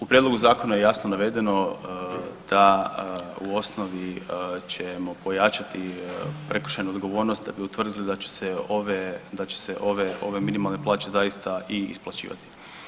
U prijedlogu zakona je jasno navedeno da u osnovi ćemo pojačati prekršajnu odgovornost da bi utvrdili da će se ove, da će se ove minimalne plaće zaista i isplaćivati.